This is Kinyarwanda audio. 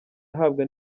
ahabwa